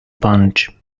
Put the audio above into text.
punch